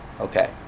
Okay